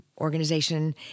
organization